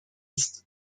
ist